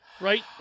right